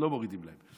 לא מורידים להם,